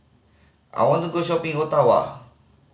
I want to go shopping Ottawa